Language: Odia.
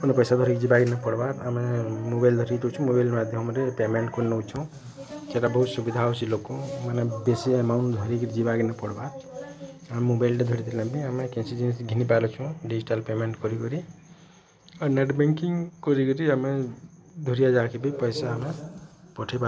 ପଇସା ଧରିକି ଯିବାର ନାଇ ପଡ଼ିବା ଆମେ ମୋବାଇଲ୍ ଧରିକି ଦେଉଛୁ ପେମେଣ୍ଟ୍ ମାଧ୍ୟମରେ ସେଟା ବହୁଚ ସୁବିଧା ହଊଛି ଲୋକଙ୍କୁ ମାନେ ବେଶୀ ଆମାଉଣ୍ଟ୍ ଧରିକି ଯିବାର ନାଇ ପଡ଼ିବା ଆବେ ମୋବାଇଲଟେ ଧରିଥିଲେ ଘିନିପାରୁଛୁ ଡିଜିଟାଲ୍ ପେମେଣ୍ଟ୍ କରିକିରି ଆଉ ନେଟ୍ ବ୍ୟାଙ୍କିଙ୍ଗ୍ କରି ଆମେ ଦୂରିଆ ଜାଗାକେ ପାଇସା ପଠେଇ ପାରୁଛୁ